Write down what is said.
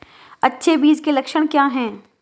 अच्छे बीज के लक्षण क्या हैं?